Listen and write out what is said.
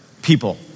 People